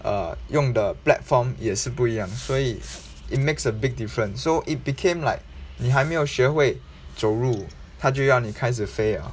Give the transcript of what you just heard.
err 用 the platform 也是不一样所以 it makes a big different so it became like 你还没有学会走路他就要你开始飞 liao